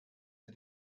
sie